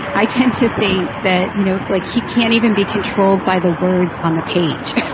i tend to think that, you know, like he can't even be controlled by the words on the page.